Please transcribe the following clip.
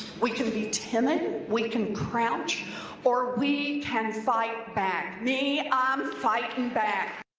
we can be timid, we can crouch or we can and fight back. me, i'm fighting back.